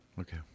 Okay